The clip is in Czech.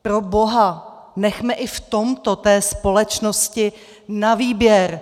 Proboha, nechme i v tomto té společnosti na výběr!